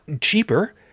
cheaper